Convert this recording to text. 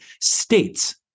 states